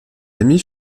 amis